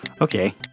Okay